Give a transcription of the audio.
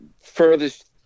furthest